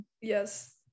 Yes